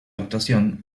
actuación